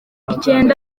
icyenda